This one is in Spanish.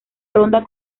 ronda